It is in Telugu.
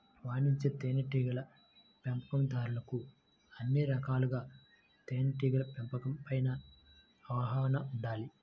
వాణిజ్య తేనెటీగల పెంపకందారులకు అన్ని రకాలుగా తేనెటీగల పెంపకం పైన అవగాహన ఉండాలి